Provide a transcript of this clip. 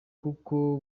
kuko